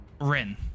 Rin